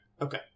Okay